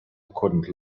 couldn’t